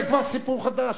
זה כבר סיפור חדש.